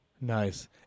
nice